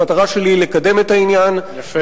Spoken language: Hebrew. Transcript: המטרה שלי היא לקדם את העניין, יפה.